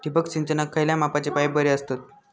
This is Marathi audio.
ठिबक सिंचनाक खयल्या मापाचे पाईप बरे असतत?